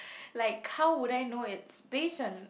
like how would I know it's based on